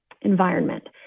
environment